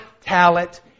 talent